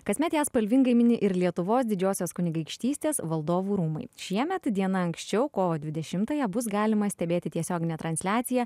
kasmet ją spalvingai mini ir lietuvos didžiosios kunigaikštystės valdovų rūmai šiemet diena anksčiau kovo dvidešimtąją bus galima stebėti tiesioginę transliaciją